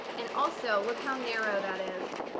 and also look how narrow that is.